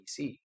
PC